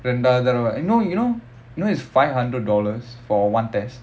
ரெண்டாவது தடவ:rendaavathu thadava you know you know you know it's five hundred dollars for one test